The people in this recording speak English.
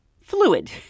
fluid